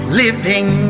living